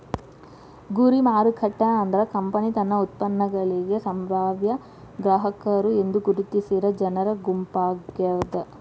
ಗುರಿ ಮಾರುಕಟ್ಟೆ ಅಂದ್ರ ಕಂಪನಿ ತನ್ನ ಉತ್ಪನ್ನಗಳಿಗಿ ಸಂಭಾವ್ಯ ಗ್ರಾಹಕರು ಎಂದು ಗುರುತಿಸಿರ ಜನರ ಗುಂಪಾಗ್ಯಾದ